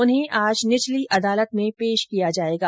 उन्हें आज निचली अदालत में पेश किया जायेगा